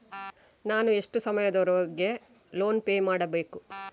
ನಾನು ಎಷ್ಟು ಸಮಯದವರೆಗೆ ಲೋನ್ ಪೇ ಮಾಡಬೇಕು?